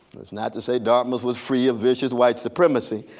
not to say dartmouth was free of vicious white supremacy.